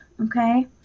okay